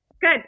Good